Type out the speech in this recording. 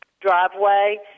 driveway